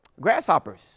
grasshoppers